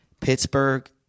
Pittsburgh